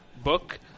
book